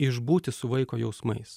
išbūti su vaiko jausmais